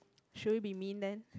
should we be mean then